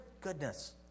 goodness